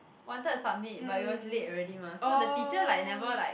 wanted to submit but it was late already mah so the teacher like never like